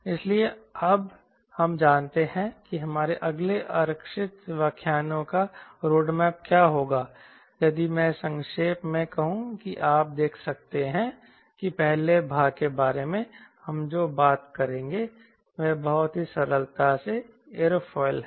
इसलिए अब हम जानते हैं कि हमारे अगले आरक्षित व्याख्यानों का रोडमैप क्या होगा यदि मैं संक्षेप में कहूं कि आप देख सकते हैं कि पहले भाग के बारे में हम जो बात करेंगे वह बहुत ही सरलता से एयरोफिल है